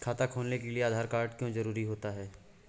खाता खोलने के लिए आधार कार्ड क्यो जरूरी होता है?